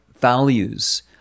values